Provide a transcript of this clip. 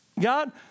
God